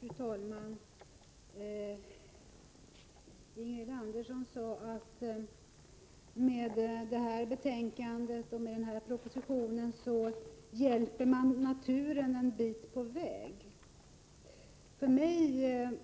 Fru talman! Ingrid Andersson sade att man med det här betänkandet och den här propositionen hjälper naturen en bit på väg. Jag